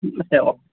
ம் சரி